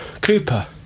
Cooper